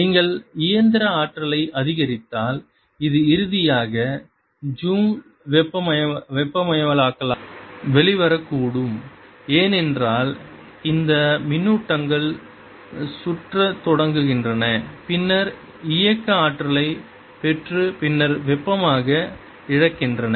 நீங்கள் இயந்திர ஆற்றலை அதிகரித்தால் அது இறுதியாக ஜூல் வெப்பமாக்கலாக வெளிவரக்கூடும் ஏனென்றால் இந்த மின்னூட்டங்கள் சுற்றத் தொடங்குகின்றன பின்னர் இயக்க ஆற்றலைப் பெற்று பின்னர் வெப்பமாக இழக்கின்றன